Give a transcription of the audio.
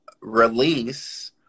release